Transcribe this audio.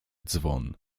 dzwon